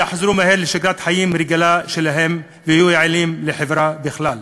יחזרו מהר לשגרת החיים הרגילה שלהם ויהיו יעילים לחברה בכלל.